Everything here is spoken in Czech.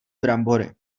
brambory